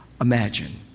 imagine